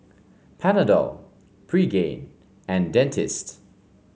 Panadol Pregain and Dentiste